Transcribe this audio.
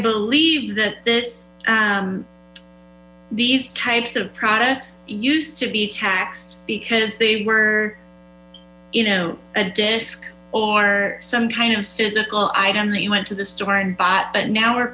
believe that this these types of products used to be taxed because they were you know a disk or some kind of physical item that you went to the store and bought but now